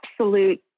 absolute